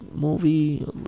movie